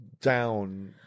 down